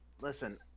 listen